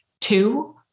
Two